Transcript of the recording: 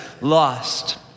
lost